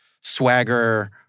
swagger